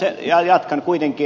mutta jatkan kuitenkin